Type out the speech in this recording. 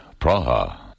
Praha